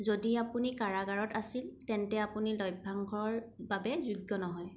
যদি আপুনি কাৰাগাৰত আছিল তেন্তে আপুনি লভ্যাংশৰ বাবে যোগ্য নহয়